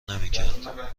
نمیکردند